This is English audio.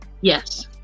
Yes